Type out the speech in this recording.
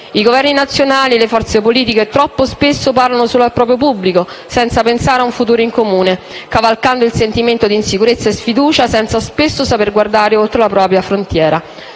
I Governi nazionali e le forze politiche troppo spesso parlano solo al proprio pubblico, senza pensare a un futuro in comune, cavalcando il sentimento di insicurezza e sfiducia, spesso senza saper guardare oltre la propria frontiera.